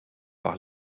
par